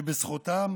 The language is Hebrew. שבזכותם